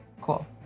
Cool